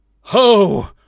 Ho